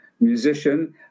musician